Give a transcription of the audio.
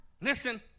Listen